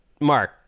Mark